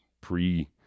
pre